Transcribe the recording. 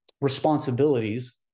responsibilities